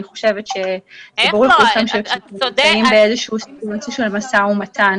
אני חושבת שברור לכולכם שאנחנו נמצאים בסיטואציה של משא ומתן